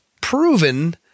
proven